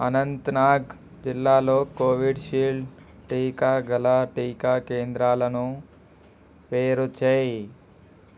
అనంతనాగ్ జిల్లాలో Covishield టీకా గల టీకా కేంద్రాలను వేరు చెయ్యి